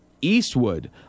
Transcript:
Eastwood